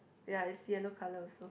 ya it's yellow colour also